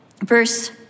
verse